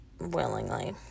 willingly